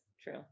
True